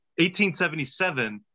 1877